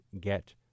get